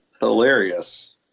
hilarious